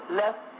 left